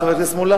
חבר הכנסת מולה?